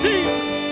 Jesus